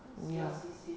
ya